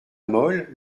mole